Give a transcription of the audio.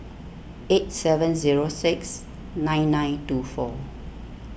eight seven zero six nine nine two four